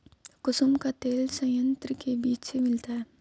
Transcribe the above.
कुसुम का तेल संयंत्र के बीज से मिलता है